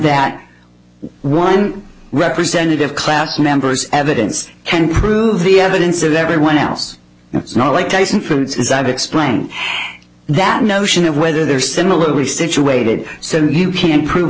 that one representative class members evidence can prove the evidence of everyone else it's not like case infants as i've explained that notion of whether they're similarly situated so you can prove